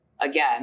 again